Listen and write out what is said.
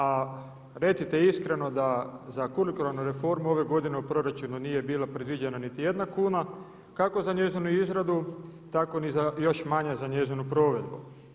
A recite iskreno da za kurikularnu reformu ove godine u proračunu nije bila predviđena niti jedna kuna, kako za njezinu izradu tako ni za još manje za njezinu provedbu.